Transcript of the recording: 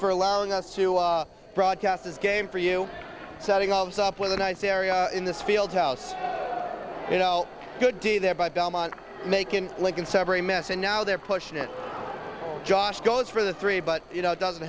for allowing us to broadcast this game for you setting all this up with a nice area in this field house you know could be there by belmont macon lincoln separate mess and now they're pushing it josh goes for the three but you know it doesn't